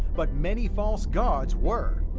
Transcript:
but many false gods were.